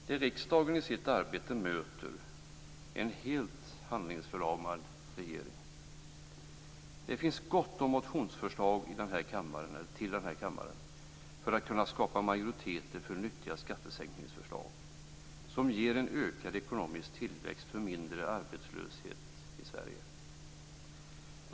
Det riksdagen i sitt arbete möter är en helt handlingsförlamad regering. Det finns gott om motionsförslag till denna kammare för att kunna skapa majoriteter för nyttiga skattesänkningsförslag som ger en ökad ekonomisk tillväxt och mindre arbetslöshet i Sverige.